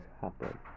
happen